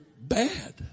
bad